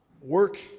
Work